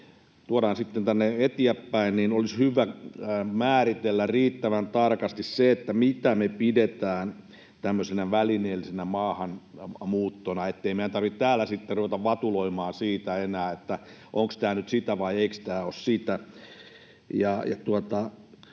tuodaan tänne etiäpäin, on se, että olisi hyvä määritellä riittävän tarkasti se, mitä me pidämme tämmöisenä välineellisenä maahanmuuttona, ettei meidän tarvitse täällä sitten ruveta vatuloimaan siitä enää, että onko tämä nyt sitä vai eikö tämä ole sitä.